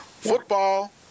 Football